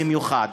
במיוחד.